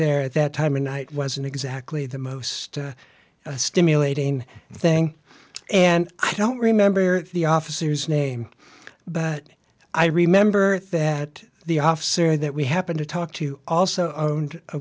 there at that time of night wasn't exactly the most stimulating thing and i don't remember the officers name but i remember that the officer that we happened to talk to also owned a